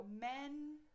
Men